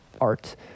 art